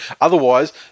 Otherwise